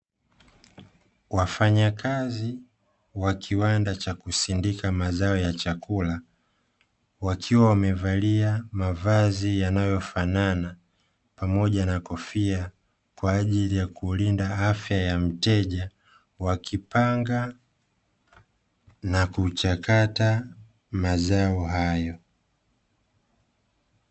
Wafanyakazi wa kiwanda cha kusindika mazao ya chakula, wakiwa wamevalia mavazi yanayofanana, pamoja na kofia kwa ajili ya kulinda afya ya mteja, wakipanga na kuchakata mazao hayo.